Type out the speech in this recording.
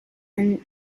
and